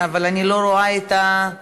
אבל אני לא רואה את השואל.